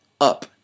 Up